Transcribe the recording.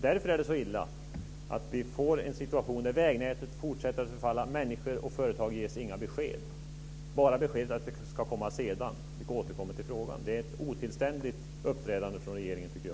Därför är det så illa att vi får en situation där vägnätet fortsätter att förfalla och människor och företag inte får några besked - förutom besked som "sedan" och "vi återkommer till frågan". Det är ett otillständigt uppträdande från regeringens sida.